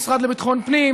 המשרד לביטחון הפנים,